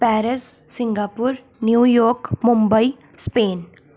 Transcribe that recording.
Paris Singapore New York Mumbai Spain